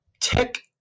tech